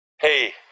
hey